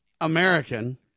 American